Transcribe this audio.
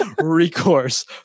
recourse